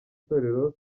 torero